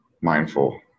mindful